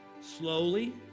slowly